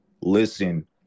listen